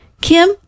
Kim